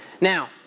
Now